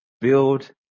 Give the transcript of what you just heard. build